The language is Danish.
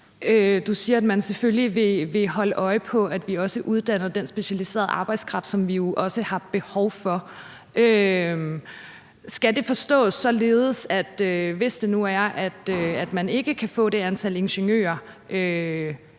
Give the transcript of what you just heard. du siger, at man selvfølgelig vil holde øje med, at vi også uddanner den specialiserede arbejdskraft, som vi har behov for. Skal det forstås således, at hvis man ikke kan få det ønskede